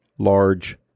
large